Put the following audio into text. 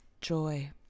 joy